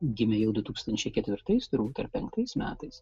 gimę jau du tūkstančiai ketvirtais turbūt ar penktais metais